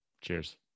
Cheers